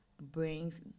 brings